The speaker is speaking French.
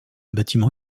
bâtiment